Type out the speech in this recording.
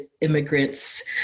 immigrants